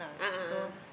a'ah a'ah